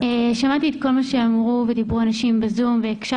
שמעתי את כל מה שאנשים אמרו והקשבתי.